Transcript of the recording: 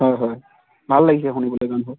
হয় হয় ভাল লাগিছে শুনিবলৈ গানবোৰ